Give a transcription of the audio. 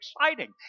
exciting